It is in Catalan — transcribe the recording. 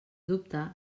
dubte